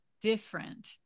different